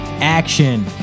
action